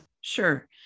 sure